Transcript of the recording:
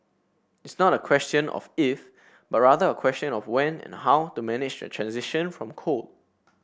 it's not a question of if but rather a question of when and how to manage the transition from coal